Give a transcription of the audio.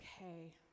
Okay